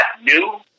new